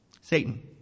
Satan